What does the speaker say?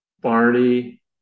Barney